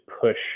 push